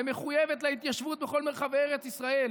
למחויבת להתיישבות בכל מרחבי ארץ ישראל,